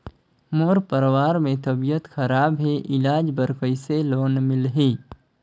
मोर परवार मे तबियत खराब हे इलाज बर कइसे लोन मिलही?